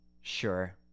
Sure